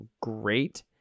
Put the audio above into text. great